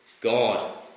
God